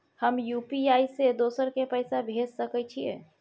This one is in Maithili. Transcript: हम यु.पी.आई से दोसर के पैसा भेज सके छीयै?